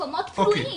מקומות פנויים.